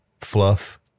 fluff